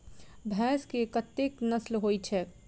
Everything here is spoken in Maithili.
भैंस केँ कतेक नस्ल होइ छै?